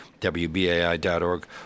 wbai.org